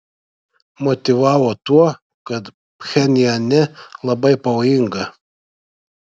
motyvavo tuo kad pchenjane labai pavojinga